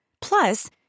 Plus